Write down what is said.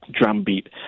drumbeat